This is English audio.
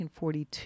1942